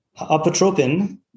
apatropin